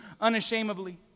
unashamedly